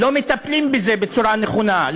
לא מטפלים בזה בצורה הנכונה.